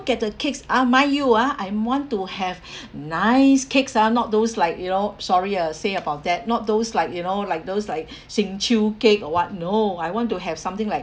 at the cakes ah mind you ah I'm want to have nice cakes ah not those like you know sorry ah say about that not those like you know like those like sin chew cake or what no I want to have something like